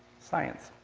science.